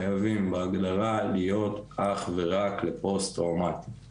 חייבים בהגדרה, להיות אך ורק לפוסט-טראומטיים.